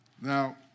Now